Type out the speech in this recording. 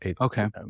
Okay